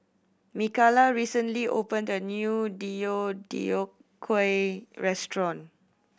Mikala recently opened a new Deodeok Gui restaurant